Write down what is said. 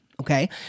Okay